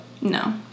No